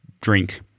drink